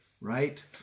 right